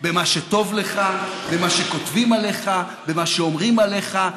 במה שטוב לך, במה שכותבים עליך, במה שאומרים עליך.